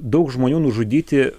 daug žmonių nužudyti